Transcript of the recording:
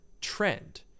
trend